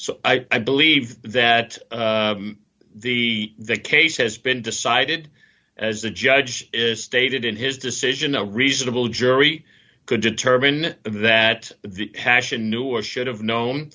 so i believe that the case has been decided as the judge stated in his decision a reasonable jury could determine that the passion knew or should have known